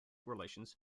relations